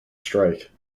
strike